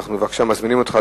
ואנחנו עכשיו מזמינים אותך,